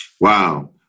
Wow